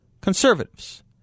Conservatives